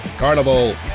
Carnival